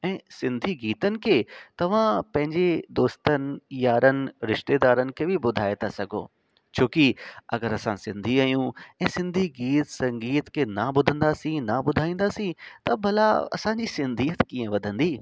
ऐं सिंधी गीतनि खे तव्हां पंहिंजे दोस्तनि यारनि रिश्तेदारनि खे बि ॿुधाए था सॻो छो की अगरि असां सिंधी आहियूं ऐं सिंधी गीत संगीत खे न ॿुधंदासीं न ॿुधाईंदासीं त भला असांजी सिंधियत कीअं वधंदी